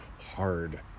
hard